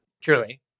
Truly